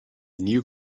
new